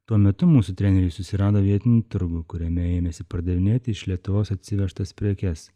tuo metu mūsų treneriai susirado vietinį turgų kuriame ėmėsi pardavinėti iš lietuvos atsivežtas prekes